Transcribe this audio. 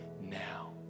now